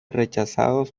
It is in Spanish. rechazados